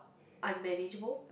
unmanageable